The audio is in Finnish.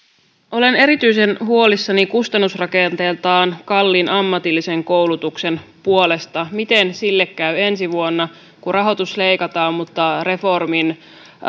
olen erityisen huolissani kustannusrakenteeltaan kalliin ammatillisen koulutuksen puolesta miten sille käy ensi vuonna kun rahoitus leikataan mutta reformin